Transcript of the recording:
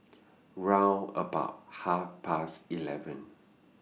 round about Half Past eleven